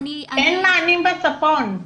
אין מענים בצפון.